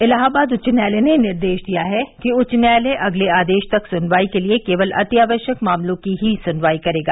इलाहाबाद उच्च न्यायालय ने निर्देश दिया है कि उच्च न्यायालय अगले आदेश तक सुनवाई के लिए केवल अतिआवश्यक मामलों की ही सुनवाई करेगा